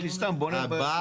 לא,